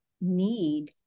need